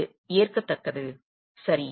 இது ஏற்கத்தக்கது சரி